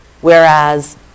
whereas